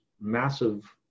massive